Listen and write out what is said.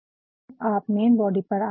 तो जब आप मेन बॉडी पर आते हैं